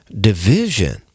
division